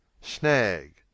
Snag